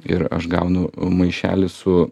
ir aš gaunu maišelį su